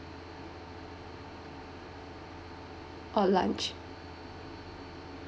or lunch